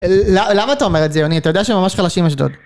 למה אתה אומר את זה יוני? אתה יודע שהם ממש חלשים אשדוד.